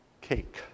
Cake